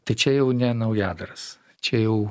tai čia jau ne naujadaras čia jau